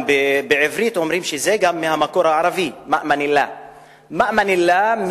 בעברית, אומרים שזה מהמקור הערבי, "מאמן אללה".